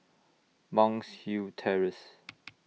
Monk's Hill Terrace